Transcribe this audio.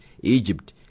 Egypt